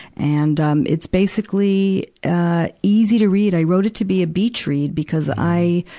and, um, it's basically, ah, easy to read. i wrote it to be a beach read, because i,